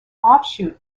offshoot